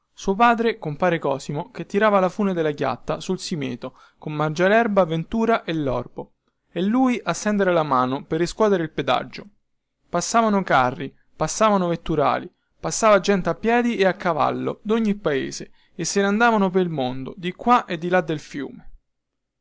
suo padre compare cosimo che tirava la fune della chiatta sul simeto con mangialerba ventura e lorbo e lui a stendere la mano per riscuotere il pedaggio passavano carri passavano vetturali passava gente a piedi e a cavallo dogni paese e se ne andavano pel mondo di qua e di là del fiume